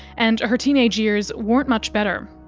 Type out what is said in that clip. and her teenage years weren't much better.